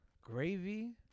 Gravy